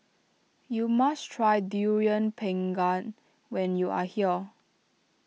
you must try Durian Pengat when you are here